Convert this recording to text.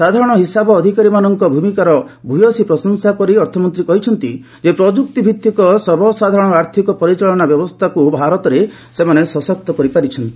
ସାଧାରଣ ହିସାବ ଅଧିକାରୀମାନଙ୍କ ଭୂମିକାର ଭୟସୀ ପ୍ରଶଂସା କରି ଅର୍ଥମନ୍ତ୍ରୀ କହିଛନ୍ତି ପ୍ରଯୁକ୍ତି ଭିତ୍ତିକ ସର୍ବସାଧାରଣ ଆର୍ଥକ ପରିଚାଳନା ବ୍ୟବସ୍ଥାକୁ ଭାରତରେ ସେମାନେ ସଶକ୍ତ କରିପାରିଛନ୍ତି